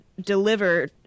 deliver